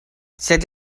sed